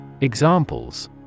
Examples